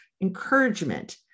encouragement